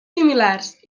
similars